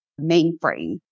mainframe